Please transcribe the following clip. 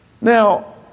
Now